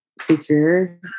secure